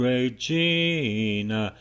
Regina